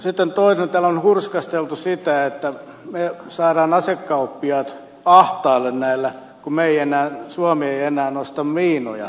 sitten täällä on hurskasteltu sitä että me saamme asekauppiaat ahtaalle kun suomi ei enää osta miinoja heiltä